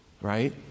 right